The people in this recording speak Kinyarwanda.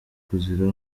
kuzira